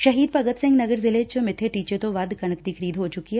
ਸ਼ਹੀਦ ਭਗਤ ਸਿੰਘ ਨਗਰ ਜ਼ਿਲੇ ਚ ਮਿੱਬੇ ਟੀਚੇ ਤੋਂ ਵੱਧ ਕਣਕ ਦੀ ਖਰੀਦ ਹੋ ਚੁੱਕੀ ਐ